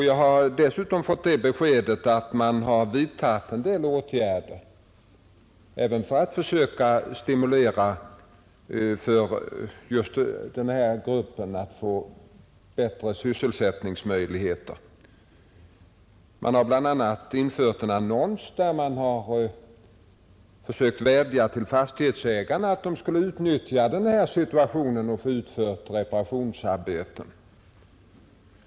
Jag har dessutom fått det beskedet att man har vidtagit en del åtgärder för att försöka stimulera till ökad sysselsättning för denna grupp — bl.a. har man i en tidningsannons vädjat till fastighetsägare att de skulle utnyttja den rådande situationen och låta utföra reparationsarbeten.